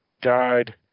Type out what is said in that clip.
died